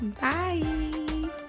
Bye